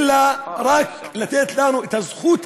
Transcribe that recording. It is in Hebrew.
אלא רק לתת לנו את הזכות הבסיסית,